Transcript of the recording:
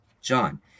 John